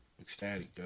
ecstatic